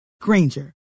Granger